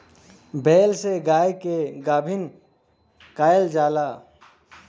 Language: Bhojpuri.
बैल से गाय के गाभिन कइल जाला